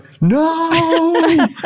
No